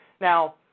Now